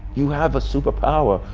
you have super power,